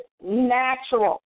natural